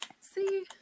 see